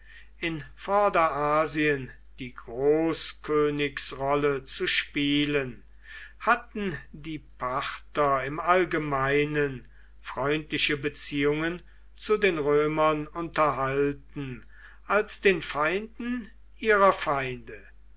in vorderasien die großkönigsrolle zu spielen hatten die parther im allgemeinen freundliche beziehungen zu den römern unterhalten als den feinden ihrer feinde